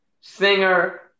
singer